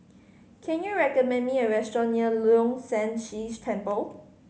can you recommend me a restaurant near Leong San See Temple